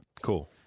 Cool